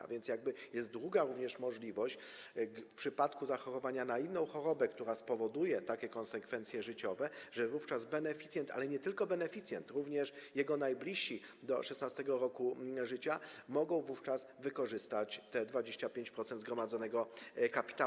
A więc jest również druga możliwość w przypadku zachorowania na inną chorobę, która spowoduje takie konsekwencje życiowe, że wówczas beneficjent, ale nie tylko beneficjent, również jego najbliżsi do 16. roku życia, mogą wykorzystać te 25% zgromadzonego kapitału.